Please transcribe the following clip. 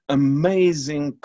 amazing